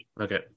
Okay